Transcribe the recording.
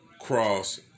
Cross